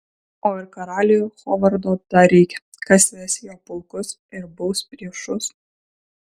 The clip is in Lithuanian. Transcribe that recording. o ir karaliui hovardo dar reikia kas ves jo pulkus ir baus priešus